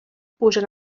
pugen